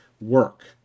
work